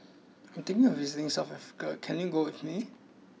I am thinking of visiting South Africa can you go with me